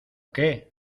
qué